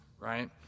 right